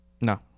No